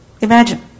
Imagine